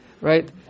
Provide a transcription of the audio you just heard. Right